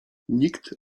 nikt